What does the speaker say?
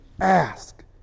ask